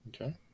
Okay